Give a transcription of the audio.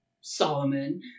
Solomon